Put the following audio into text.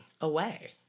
away